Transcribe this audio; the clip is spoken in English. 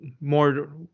more